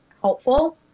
helpful